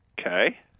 Okay